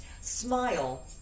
Smile